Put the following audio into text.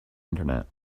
internet